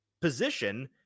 position